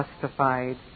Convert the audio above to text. justified